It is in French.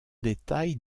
détail